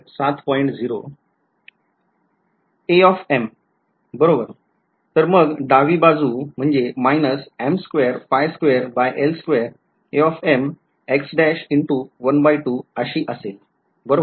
m बरोबर तर मग डावी बाजू अशी असेल बरोबर